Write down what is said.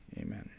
Amen